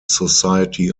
society